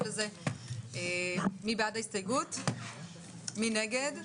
קבוצת הציונות הדתית מבקשת שבמקום שלוש שנים זה יהיה שנה.